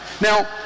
Now